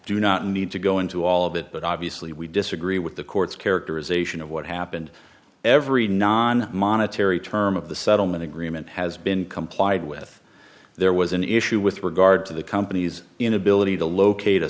do not need to go into all of it but obviously we disagree with the court's characterization of what happened every non monetary term of the settlement agreement has been complied with there was an issue with regard to the company's inability to locate a